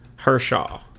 Hershaw